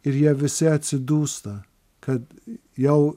ir jie visi atsidūsta kad jau